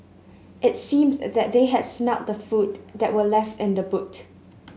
it seemed that they had smelt the food that were left in the boot